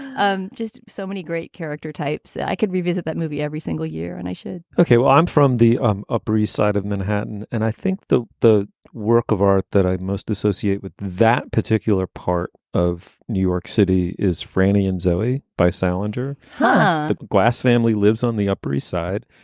um just so many great character types i could revisit that movie every single year and i said, okay, well, i'm from the um upper east side of manhattan. and i think the the work of art that i most associate with that particular part of new york city is franny and zoe by salinger. but the glass family lives on the upper east side.